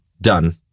done